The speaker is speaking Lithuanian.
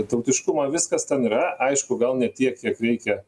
tautiškumą viskas ten yra aišku gal ne tiek kiek reikia